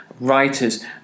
writers